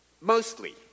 mostly